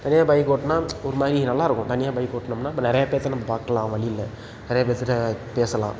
தனியாக பைக் ஓட்டினா ஒரு மாதிரி நல்லா இருக்கும் தனியாக பைக் ஓட்டினம்னா நம்ம நிறையா பேர்த்தை நம்ம பார்க்கலாம் வழில நிறையா பேர்த்துகிட்ட பேசலாம்